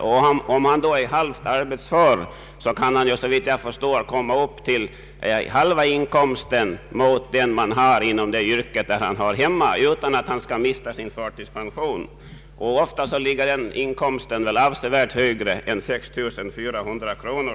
Om den handikappade är halvt arbetsför kan han således tjäna hälften av det man som helt arbetsför kan komma upp till inom respektive yrke och först då mister han sin förtidspension. Ofta är därför denna halva inkomst avsevärt högre än 6 400 kronor.